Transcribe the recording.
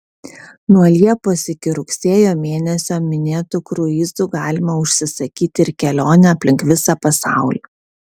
nuo liepos iki rugsėjo mėnesio minėtu kruizu galima užsisakyti ir kelionę aplink visą pasaulį